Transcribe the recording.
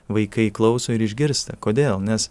vaikai klauso ir išgirsta kodėl nes